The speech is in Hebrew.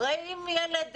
הרי אם ילד,